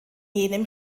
jenem